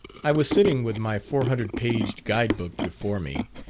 i was sitting with my four hundred paged guide-book before me,